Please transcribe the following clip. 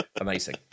Amazing